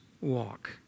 walk